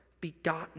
begotten